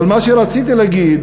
אבל מה שרציתי להגיד,